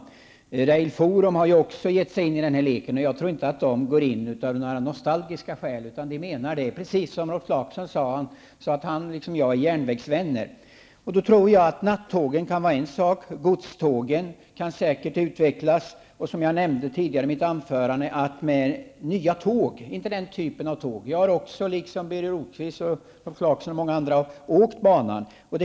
Också Rail Forum har gett sig in i den här leken, och jag tror inte att man därifrån engagerar sig av nostalgiska skäl. Jag är liksom Rolf Clarkson järnvägsvän. Jag tror att nattågen kan vara något att satsa på och även att godstågen säkerligen kan utvecklas. Jag nämnde i mitt anförande nya typer av tåg. Jag har liksom Birger Rosqvist, Rolf Clarkson och många andra rest med inlandsbanan.